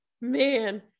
man